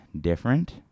different